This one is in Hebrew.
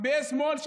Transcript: מצביעי השמאל,